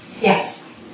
Yes